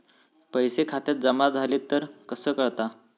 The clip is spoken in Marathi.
पैसे खात्यात जमा झाले तर कसा कळता?